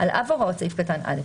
על אף הוראות סעיף קטן (א),